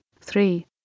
three